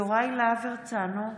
יוראי להב הרצנו,